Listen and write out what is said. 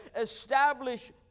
establish